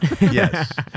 Yes